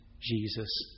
Jesus